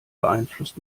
beeinflusst